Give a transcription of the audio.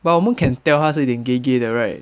but 我们 can tell 他是一点 gay gay 的 right